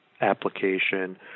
application